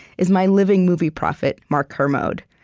is my living movie prophet, mark kermode.